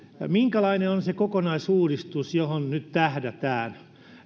minkälainen on se kokonaisuudistus johon nyt tähdätään